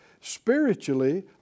spiritually